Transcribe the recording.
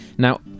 Now